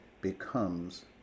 becomes